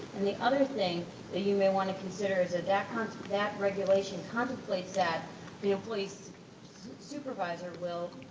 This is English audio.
and the other thing that you may want to consider is ah that kind of that regulation contemplates that the employee's supervisor will,